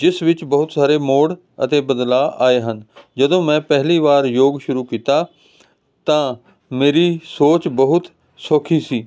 ਜਿਸ ਵਿੱਚ ਬਹੁਤ ਸਾਰੇ ਮੋੜ ਅਤੇ ਬਦਲਾਅ ਆਏ ਹਨ ਜਦੋਂ ਮੈਂ ਪਹਿਲੀ ਵਾਰ ਯੋਗ ਸ਼ੁਰੂ ਕੀਤਾ ਤਾਂ ਮੇਰੀ ਸੋਚ ਬਹੁਤ ਸੌਖੀ ਸੀ